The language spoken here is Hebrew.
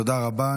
תודה רבה.